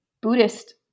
Buddhist